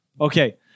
Okay